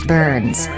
Burns